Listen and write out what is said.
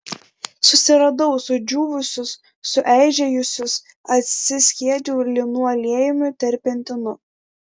susiradau sudžiūvusius sueižėjusius atsiskiedžiau linų aliejumi terpentinu